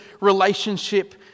relationship